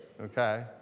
okay